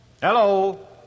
Hello